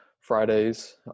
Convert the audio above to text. Fridays